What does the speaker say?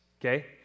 okay